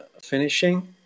finishing